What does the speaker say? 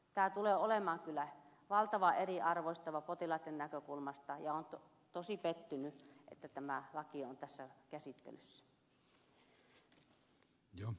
tämä tulee olemaan kyllä valtavan eriarvoistava potilaitten näkökulmasta ja olen tosi pettynyt että tämä laki on tässä käsittelyssä